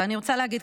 ואני רוצה להגיד,